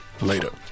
later